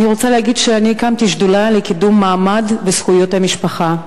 אני רוצה להגיד שאני הקמתי שדולה לקידום מעמד וזכויות המשפחה.